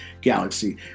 galaxy